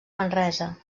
manresa